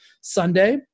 Sunday